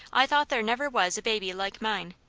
i thought there never was a baby like mine,